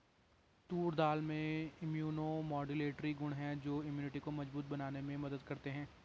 तूर दाल में immunomodulatory गुण हैं जो इम्यूनिटी को मजबूत बनाने में मदद करते है